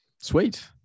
Sweet